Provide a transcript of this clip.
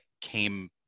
came